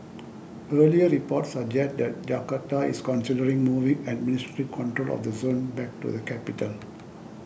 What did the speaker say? earlier reports suggest that Jakarta is considering moving administrative control of the zone back to the capital